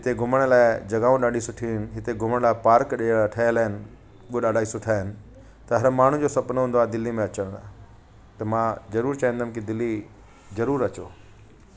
हिते घुमण लाइ जॻहियूं ॾाढियूं सुठियूं आहिनि हिते घुमण लाइ पार्क ठहियल आहिनि उहे ॾाढा ई सुठा आहिनि त हर माण्हू जो सपनो हूंदो आहे दिल्ली में अचनि त मां जरूर चहिंदमि त दिल्ली जरूर अचो